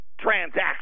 transaction